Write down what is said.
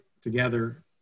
together